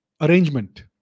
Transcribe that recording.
arrangement